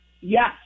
Yes